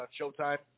Showtime